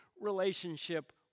relationship